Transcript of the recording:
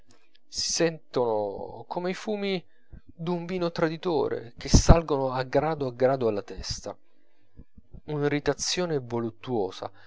sentono come i fumi d'un vino traditore che salgono a grado a grado alla testa un'irritazione voluttuosa